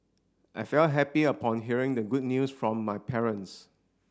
I felt happy upon hearing the good news from my parents